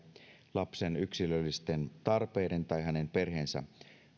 lapsen yksilöllisten tarpeiden tai hänen perheensä